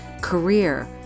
career